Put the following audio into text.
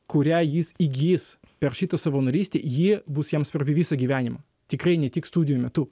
kurią jis įgis per šitą savanorystę ji bus jiems svarbi visą gyvenimą tikrai ne tik studijų metu